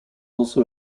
also